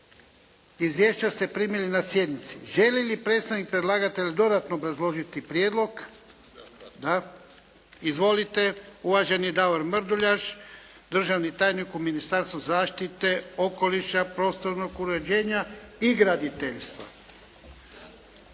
Izvješća ste primili na sjednici. Želi li predstavnik predlagatelja dodatno obraložiti prijedlog? Da. Izvolite. Uvaženi Davor Mrduljaš, državni tajnik u Ministarstvu zaštite okoliša, prostornog uređenja i graditeljstva.